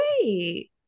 wait